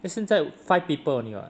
then 现在 five people only [what]